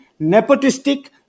nepotistic